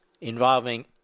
involving